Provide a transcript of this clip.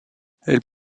elle